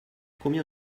combien